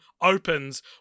opens